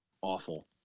Awful